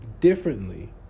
differently